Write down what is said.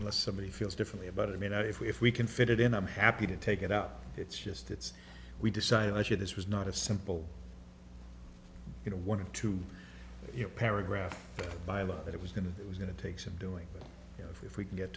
unless somebody feels differently about it you know if we if we can fit it in i'm happy to take it out it's just it's we decided much of this was not a simple you know one of to your paragraph below that it was going to was going to take some doing you know if we can get